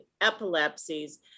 epilepsies